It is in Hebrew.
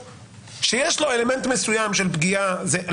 שיש לו אלמנט מסוים של פגיעה -- יש היגיון.